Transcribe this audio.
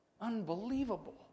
Unbelievable